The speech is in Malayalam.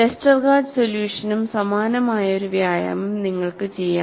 വെസ്റ്റർഗാർഡ് സൊല്യൂഷനും സമാനമായ ഒരു വ്യായാമം നിങ്ങൾക്ക് ചെയ്യാം